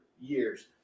years